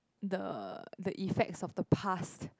the the effects of the past